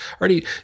already